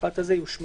המשפט הזה יושמט.